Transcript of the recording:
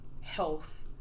health